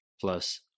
plus